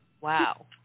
Wow